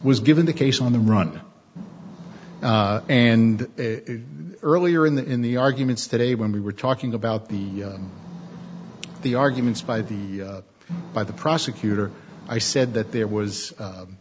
was given the case on the run and earlier in the in the arguments today when we were talking about the the arguments by the by the prosecutor i said that there was